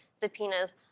subpoenas